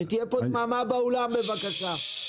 שתהיה פה דממה באולם בבקשה.